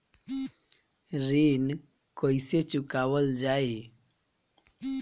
ऋण कैसे चुकावल जाई?